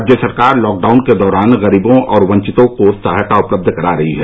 राज्य सरकार लॉकडाउन के दौरान गरीबों और वंचितों को सहायता उपलब्ध करा रही है